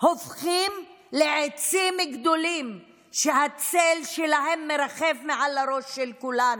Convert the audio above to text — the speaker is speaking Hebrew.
הופכים לעצים גדולים שהצל שלהם מרחף מעל הראש של כולנו.